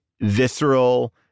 visceral